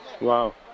Wow